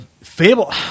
Fable